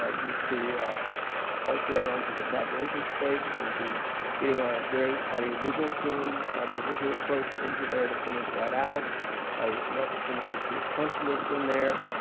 ah just to also add on to the collaboration space, we're going to be getting our great audiovisual team, audiovisual folks into there to finish that out as rex finishes his punch list in there.